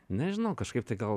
nežinau kažkaip tai gal